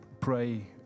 pray